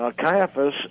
Caiaphas